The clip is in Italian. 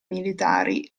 militari